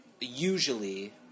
usually